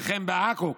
וכן בעכו,